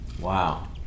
Wow